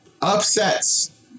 upsets